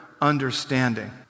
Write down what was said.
understanding